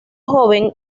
joven